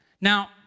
Now